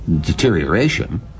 deterioration